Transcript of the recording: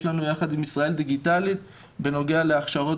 לנו יחד עם ישראל דיגיטלית בנוגע להכשרות